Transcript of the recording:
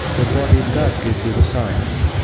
the body does give you the signs.